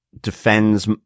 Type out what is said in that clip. defends